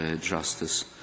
Justice